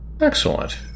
Excellent